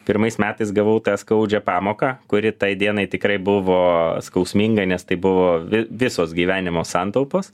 pirmais metais gavau tą skaudžią pamoką kuri tai dienai tikrai buvo skausminga nes tai buvo vi visos gyvenimo santaupos